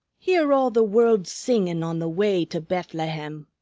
hear all the world singin' on the way to bethlehem!